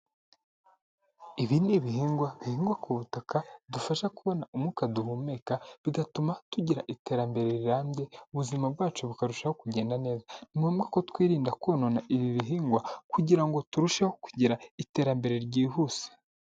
Ibi ni ibihingwa bihingwa ku butaka bidufasha kubona umwuka duhumeka, bigatuma tugira iterambere rirambye, ubuzima bwacu bukarushaho kugenda neza, ni ngombwa ko twirinda konona ibi bihingwa, kugira ngo turusheho kugira iterambere ryihuse.